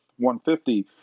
150